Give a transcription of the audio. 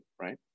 right